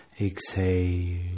exhale